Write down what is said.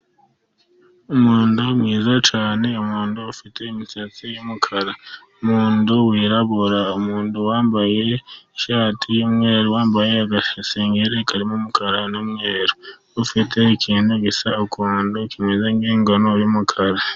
umuntu mwiza cyane, umuntu ufite imisatsi y'umukara, umuntu wirabura, umuntu wambaye ishati y'umweru, wambaye agasengeri karimo umukara n'umweru, ufite ikintu gisa ukuntu kimeze nk'inkono y'umukara.